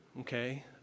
okay